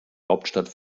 hauptstadt